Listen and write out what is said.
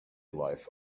life